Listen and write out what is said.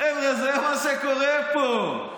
חבר'ה, זה מה שקורה פה.